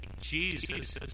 Jesus